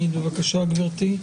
בבקשה גברתי,